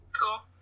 Cool